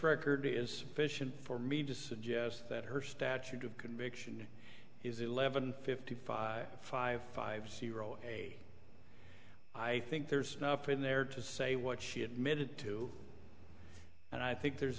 record is fishing for me to suggest that her statute of conviction is eleven fifty five five five zero i think there's enough in there to say what she admitted to and i think there's